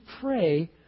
pray